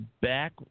back